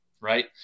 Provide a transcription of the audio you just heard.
right